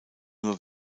nur